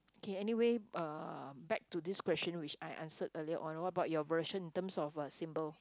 okay anyway uh back to this question which I answered earlier on what about your version in terms of a symbol